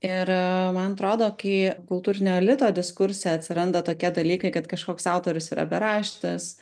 ir man atrodo kai kultūrinio elito diskurse atsiranda tokie dalykai kad kažkoks autorius yra beraštis